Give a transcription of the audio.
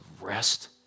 rest